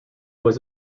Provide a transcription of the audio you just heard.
was